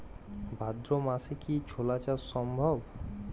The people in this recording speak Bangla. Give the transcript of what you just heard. ভাদ্র মাসে কি ছোলা চাষ সম্ভব?